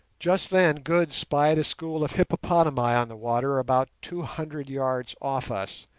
just then good spied a school of hippopotami on the water about two hundred yards off us,